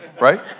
right